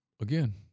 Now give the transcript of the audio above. Again